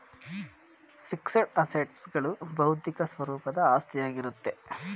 fixed assets ಗಳು ಬೌದ್ಧಿಕ ಸ್ವರೂಪದ ಆಸ್ತಿಯಾಗಿರುತ್ತೆ